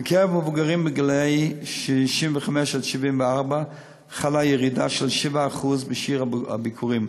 בקרב מבוגרים גילאי 65 74 חלה ירידה של 7% בשיעור הביקורים,